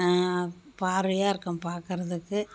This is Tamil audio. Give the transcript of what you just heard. பார்வையாக இருக்கும் பார்க்கறதுக்கு